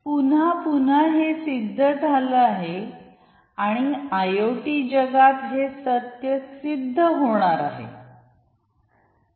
पुन्हा पुन्हा हे सिद्ध झालं आहे आणि आयओटी जगात हे सत्य सिद्ध होणार आहे